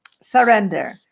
surrender